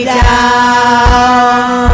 down